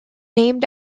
named